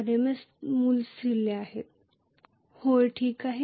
RMS मूल्ये स्थिर आहेत होय ठीक आहे